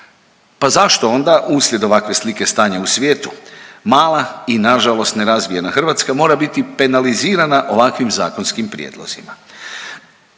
Pa zašto onda uslijed ovakve slike stanja u svijetu mala i nažalost nerazvijena Hrvatska mora biti penalizirana ovakvim zakonskim prijedlozima?